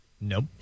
Nope